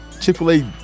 Chick-fil-A